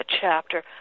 chapter